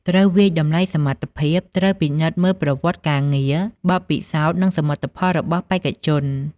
ត្រូវវាយតម្លៃសមត្ថភាព ត្រូវពិនិត្យមើលប្រវត្តិការងារ បទពិសោធន៍ និងសមិទ្ធផលរបស់បេក្ខជន។